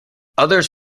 others